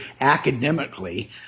academically